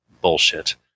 bullshit